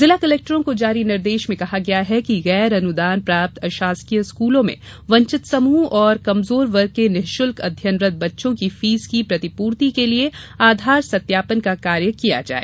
जिला कलेक्टरों को जारी निर्देश में कहा गया है कि गैर अनुदान प्राप्त अशासकीय स्कूलों में वंचित समूह और कमजोर वर्ग के निशुल्क अध्ययनरत बच्चों की फीस की प्रतिपूर्ति के लिये आधार सत्यापन का कार्य किया जाए